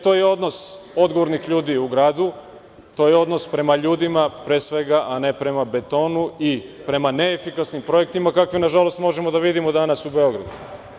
To je odnos odgovornih ljudi u gradu, to je odnos prema ljudima pre svega, a ne prema betonu i prema neefikasnim projektima, kakve nažalost možemo da vidimo danas u Beogradu.